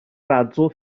razzo